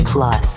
Plus